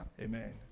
Amen